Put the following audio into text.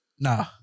Nah